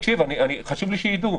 חשוב לי שידעו,